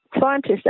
Scientists